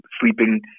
sleeping